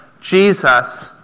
Jesus